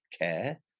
care